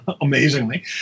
amazingly